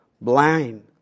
blind